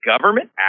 government